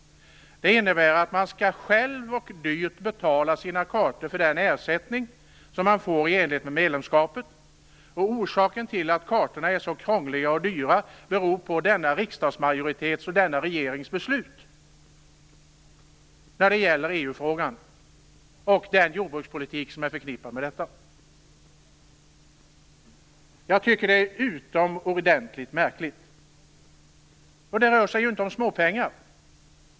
Det innebär att man själv dyrt skall betala sina kartor för den ersättning som man får i enlighet med medlemskapet. Att kartorna är så krångliga och dyra beror på denna riksdagsmajoritets och denna regerings beslut när det gäller EU-frågan och den jordbrukspolitik som är förknippad med detta. Jag tycker att det är utomordentligt märkligt. Det rör sig inte om småpengar.